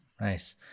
nice